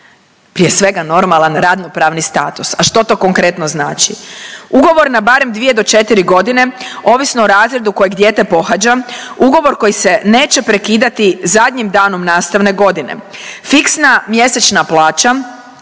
prije svega normalna radnopravni status. A što to konkretno znači? Ugovor na barem dvije do četiri godine ovisno o razredu kojeg dijete pohađa, ugovor koji se neće prekidati zadnjim danom nastavne godine, fiksna mjesečna plaća